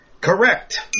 Correct